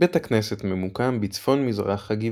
בית הכנסת ממוקם בצפון-מזרח הגבעה.